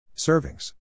Servings